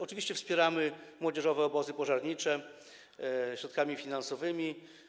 Oczywiście wspieramy młodzieżowe obozy pożarnicze środkami finansowymi.